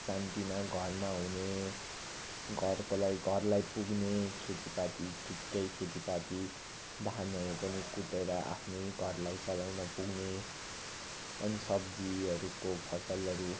सानातिना घरमा हुने घरकोलाई घरलाई पुग्ने खेतीपातीकै खेतीपाती धानहरू पनि कुटेर आफ्नै घरलाई चलाउन पुग्ने अनि सब्जीहरूको फसलहरू